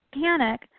panic